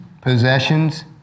possessions